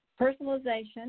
Personalization